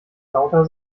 lauter